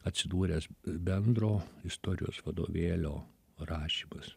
atsidūręs bendro istorijos vadovėlio rašymas